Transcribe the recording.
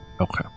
Okay